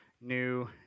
new